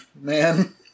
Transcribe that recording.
man